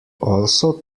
also